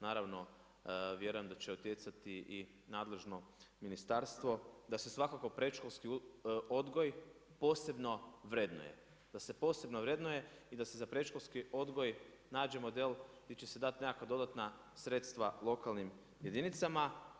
Naravno, vjerujem da će utjecati i nadležno ministarstvo da se svakako predškolski odgoj posebno vrednuje, da se posebno vrednuje i da se za predškolski odgoj nađe model gdje će se dati nekakva dodatna sredstva lokalnim jedinicama.